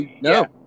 no